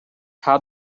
how